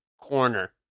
corner